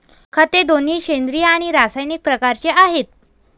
खते दोन्ही सेंद्रिय आणि रासायनिक प्रकारचे आहेत